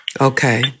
Okay